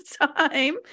time